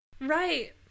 Right